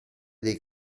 dei